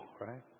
right